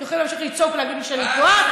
אתם יכולים להמשיך לצעוק ולהגיד לי שאני טועה.